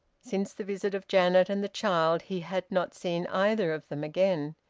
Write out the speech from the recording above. since the visit of janet and the child he had not seen either of them again,